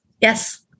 Yes